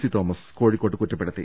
C Thomas കോഴിക്കോട്ട് കുറ്റപ്പെടുത്തി